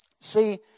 see